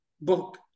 book